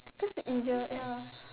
cause it easier ya